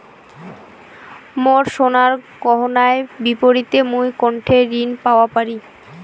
মোর সোনার গয়নার বিপরীতে মুই কোনঠে ঋণ পাওয়া পারি?